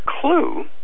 clue